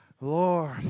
Lord